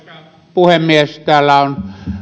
puhemies täällä on